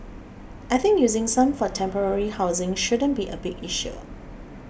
I think using some for temporary housing shouldn't be a big issue